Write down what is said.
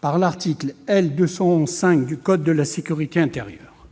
par l'article L. 211-5 de code de la sécurité intérieure.